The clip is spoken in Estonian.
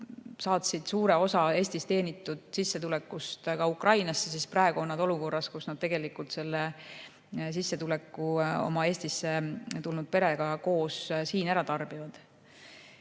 inimesed suure osa Eestis teenitud sissetulekust Ukrainasse, siis praegu on nad olukorras, kus nad tarbivad selle sissetuleku oma Eestisse tulnud perega koos siin ära.